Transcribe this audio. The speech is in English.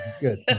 good